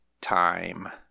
time